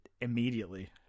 immediately